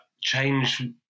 change